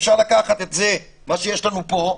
אפשר לקחת את מה שיש לנו פה,